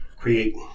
create